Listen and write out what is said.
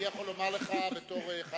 אני יכול להגיד לך בתור אחד